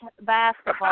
Basketball